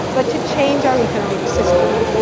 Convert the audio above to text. but to change our economic system.